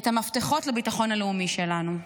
את המפתחות לביטחון הלאומי שלנו?